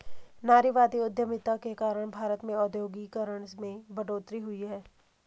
नारीवादी उधमिता के कारण भारत में औद्योगिकरण में बढ़ोतरी हुई